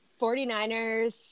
49ers